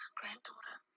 granddaughter